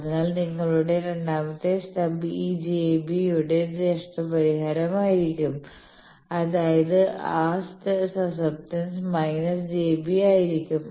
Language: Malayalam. അതിനാൽ നിങ്ങളുടെ രണ്ടാമത്തെ സ്റ്റബ് ഈ j B യുടെ നഷ്ടപരിഹാരമായിരിക്കും അതായത് ആ സസ്സെപ്റ്റൻസ് മൈനസ് j B ആയിരിക്കും